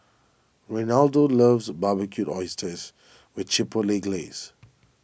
Reynaldo loves Barbecued Oysters with Chipotle Glaze